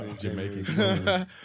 Jamaican